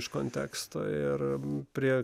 iš konteksto ir prie